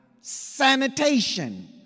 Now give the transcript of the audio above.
sanitation